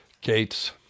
Gates